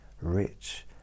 rich